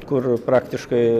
kur praktiškai